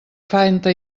fanta